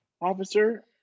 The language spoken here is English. Officer